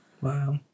Wow